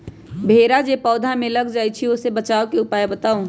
भेरा जे पौधा में लग जाइछई ओ से बचाबे के उपाय बताऊँ?